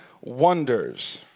wonders